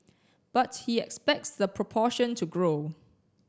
but he expects the proportion to grow